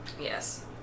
yes